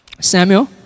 Samuel